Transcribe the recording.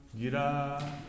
Gira